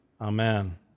Amen